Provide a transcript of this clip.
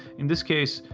in this case,